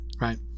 right